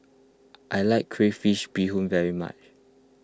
I like Crayfish BeeHoon very much